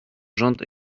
rząd